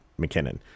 McKinnon